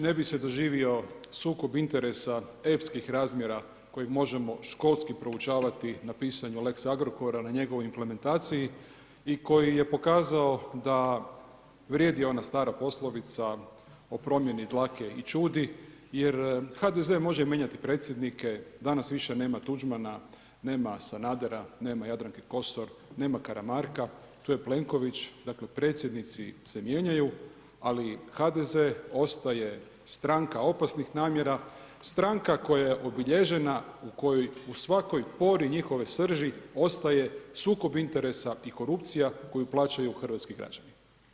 Ne bi se doživio sukob interesa epskih razmjera koji možemo školski proučavati na pisanju lex-Agrokora, na njegovoj implementaciji i koji je pokazao da vrijedi ona stara poslovica o promjeni dlake i ćudi jer HDZ može mijenjati predsjednike, danas više nema Tuđmana, nema Sanadera, nema Jadranke Kosor, nema Karamarka, tu je Plenković, dakle predsjednici se mijenjaju, ali HDZ ostaje stranka opasnih namjera, stranka koja je obilježena u kojoj u svakoj pori njihove srži ostaje sukob interesa i korupcija koju plaćaju hrvatski građani.